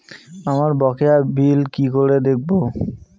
আমার বকেয়া বিল আমি কি করে দেখব?